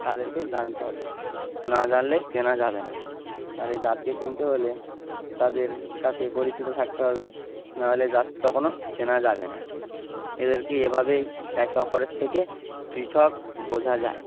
তাদেরকে জানতে হবে না জানলে চেনা যাবে না আর এই জাতকে চিনতে হলে তাদের সাথে পরিচিত থাকতে হবে নাহলে জাত কখনও চেনা যাবে না এদেরকে এভাবেই একে অপরের থেকে পৃথক বোঝা যায়